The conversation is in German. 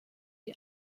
die